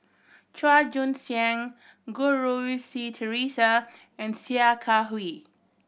Chua Joon Siang Goh Rui Si Theresa and Sia Kah Hui